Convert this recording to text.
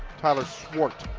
tyler swart